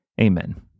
Amen